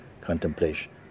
contemplation